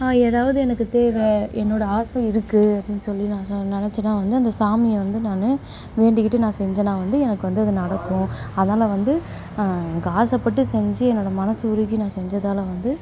எதாவது எனக்கு தேவை என்னோடய ஆசை இருக்குது அப்படீன்னு சொல்லி நான் நினச்சேனா வந்து அந்த சாமியை வந்து நான் வேண்டிக்கிட்டு நான் செஞ்சேனால் வந்து எனக்கு வந்து அது நடக்கும் அதனால் வந்து எனக்கு ஆசைப்பட்டு செஞ்சு என்னோடய மனது உருகி நான் செஞ்சதால் வந்து